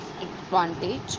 advantage